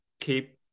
keep